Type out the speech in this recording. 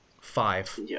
Five